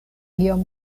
iom